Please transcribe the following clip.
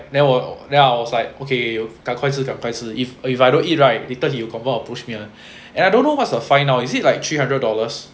then oh then I was like okay you 赶快赶快吃 if if I don't eat right later he will confirm approach me ah and I don't know what's the fine now lah is it like three hundred dollars